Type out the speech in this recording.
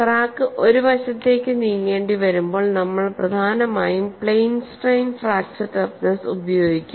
crack ഒരു വശത്തേക്ക് നീങ്ങേണ്ടിവരുമ്പോൾ നമ്മൾ പ്രധാനമായും പ്ലെയിൻ സ്ട്രെസ് ഫ്രാക്ചർ ടഫ്നെസ് ഉപയോഗിക്കും